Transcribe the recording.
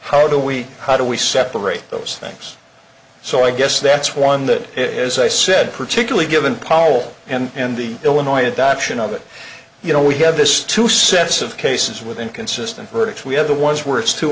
how do we how do we separate those things so i guess that's one that it is i said particularly given pall and the illinois adoption of it you know we have this two sets of cases with inconsistent verdicts we have the ones where it's t